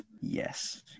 Yes